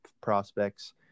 prospects